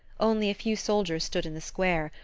only a few soldiers stood in the square,